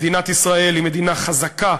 מדינת ישראל היא מדינה חזקה,